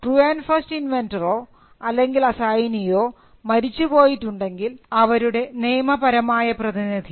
true and and first ഇൻവെൻന്ററോ അല്ലെങ്കിൽ അസൈനീയോ മരിച്ചു പോയിട്ടുണ്ടെങ്കിൽ അവരുടെ നിയമപരമായ പ്രതിനിധി